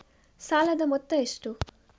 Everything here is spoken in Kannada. ಸಾಲದ ಮೊತ್ತ ಎಷ್ಟು?